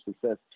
success